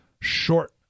short